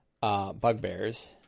bugbears